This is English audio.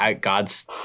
God's